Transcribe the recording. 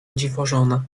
dziwożona